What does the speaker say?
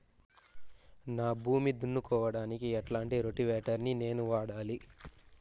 నా భూమి దున్నుకోవడానికి ఎట్లాంటి రోటివేటర్ ని నేను వాడాలి?